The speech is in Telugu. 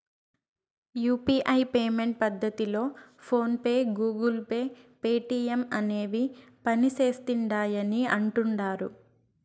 యూ.పీ.ఐ పేమెంట్ పద్దతిలో PhonePe, Google Pay, Paytm అనేవి పనిసేస్తిండాయని అంటుడారు